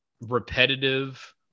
repetitive